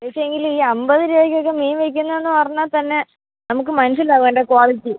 ചേച്ചി എങ്കിൽ ഈ അമ്പത് രൂപയ്ക്കൊക്കെ മീൻ വിൽക്കുന്നു എന്നു പറഞ്ഞാൽ തന്നെ നമുക്ക് മനസ്സിലാവും അതിൻ്റെ ക്വാളിറ്റി